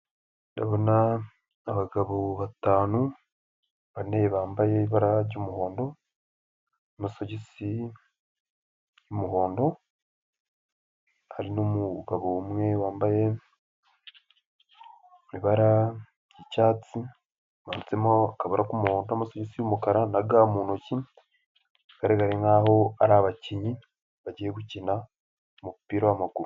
Ndabona abagabo batanu, bane bambaye ibara ry'umuhondo, amasogisi y'umuhondo hari n'umugabo umwe wambaye ibara ry'icyatsi handitsemo akaba k'umuhondo n'amasogisi y'umukara na ga mu ntonki, bigaragara nkaho ari abakinnyi bagiye gukina umupira w'amaguru.